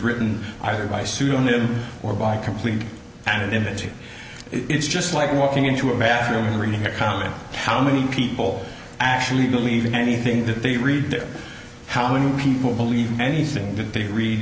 written either by suing them or by complete anonymity it's just like walking into a bathroom and reading their comment how many people actually believe in anything that they read there how many people believe anything that they read